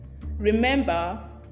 Remember